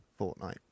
Fortnite